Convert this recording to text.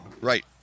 right